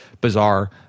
bizarre